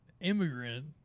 immigrant